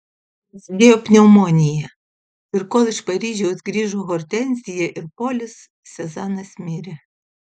prasidėjo pneumonija ir kol iš paryžiaus grįžo hortenzija ir polis sezanas mirė